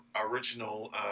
original